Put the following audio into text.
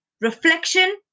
Reflection